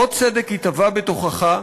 עוד סדק התהווה בתוכך,